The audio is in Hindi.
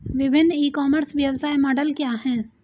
विभिन्न ई कॉमर्स व्यवसाय मॉडल क्या हैं?